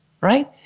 right